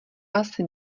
asi